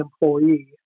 employee